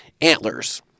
Antlers